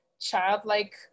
childlike